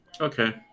Okay